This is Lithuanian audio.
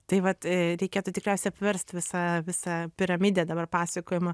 tai vat reikėtų tikriausiai apverst visą visą piramidę dabar pasakojimo